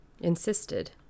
insisted